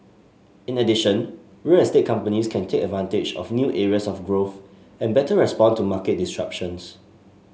in addition real estate companies can take advantage of new areas of growth and better respond to market disruptions